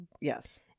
Yes